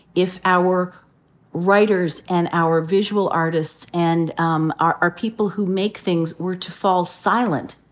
if our writers, and our visual artists, and um our our people who make things were to fall silent,